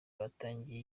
batangiye